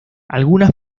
algunas